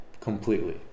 completely